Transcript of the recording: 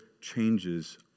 changes